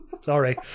Sorry